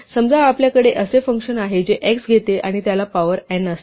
समजा आपल्याकडे असे फंक्शन आहे जे x घेते आणि त्याला पॉवर n असते